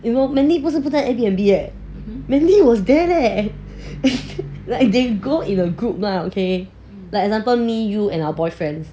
you know mandy 不是不在 Airbnb leh mandy was there leh like they go in a group lah okay like example me you and our boyfriends